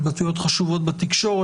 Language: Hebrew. התבטאויות חשובות בתקשורת.